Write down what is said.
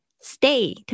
Stay